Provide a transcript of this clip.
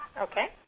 Okay